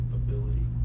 ability